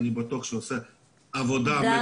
אני בטוח שהוא עושה עבודה טובה.